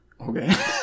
Okay